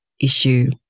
issue